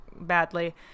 badly